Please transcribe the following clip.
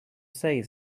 say